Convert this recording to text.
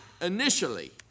initially